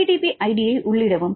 PDB ஐடியை உள்ளிடவும்